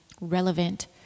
relevant